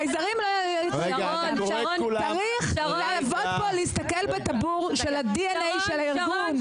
צריך להסתכל על הדנ"א של הארגון.